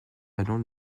allons